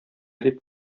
дип